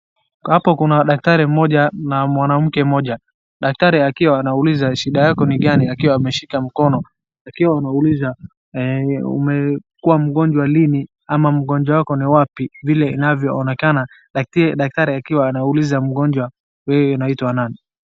Hapo kuna daktari mmoja na mwanamke mmoja, daktari akiwa anauliza shida yako ni gani akiwa ameshika mkono akiwa anauliza umekuwa mgojwa lini? ama ugonjwa yako ni wapi vile inavyoonekana na pia daktari akiwa anauliza mgonjwe yeye anaitwa nani.